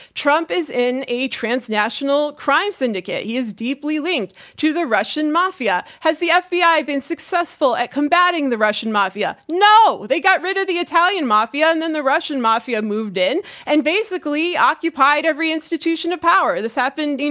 trump is in a transnational crime syndicate. he is deeply linked to the russian mafia. has the fbi been successful at combating the russian mafia? no! they got rid of the italian mafia, and then the russian mafia moved in and basically occupied every institution of power. this happened, you